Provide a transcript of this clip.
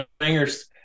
fingers